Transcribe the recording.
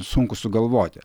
sunku sugalvoti